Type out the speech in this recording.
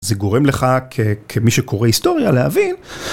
זה גורם לך כמי שקורא היסטוריה להבין.